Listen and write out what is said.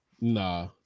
Nah